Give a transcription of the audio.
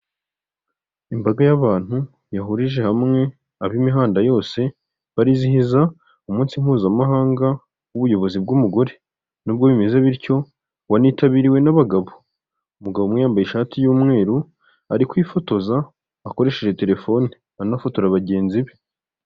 Imbaga y'abantu yahurije hamwe ab'imihanda yose barizihiza umunsi mpuzamahanga w'ubuyobozi bw'umugore n'ubwo bimeze bityo wanitabiriwe n'abagabo, umugabo umwe yambaye ishati y'umweru ari kwifotoza akoresheje telefone anafotora bagenzi be.